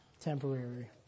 temporary